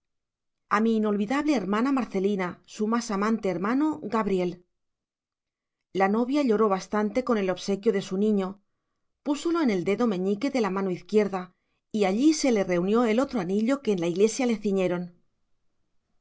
a mi inolvidable hermana marcelina su más amante hermano gabriel la novia lloró bastante con el obsequio de su niño púsolo en el dedo meñique de la mano izquierda y allí se le reunió el otro anillo que en la iglesia le ciñeron